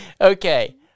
okay